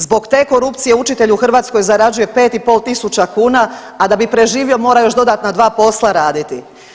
Zbog te korupcije učitelj u Hrvatskoj zarađuje 5.500 kuna, a da bi preživio mora još dodatna 2 posla raditi.